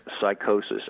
psychosis